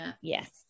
Yes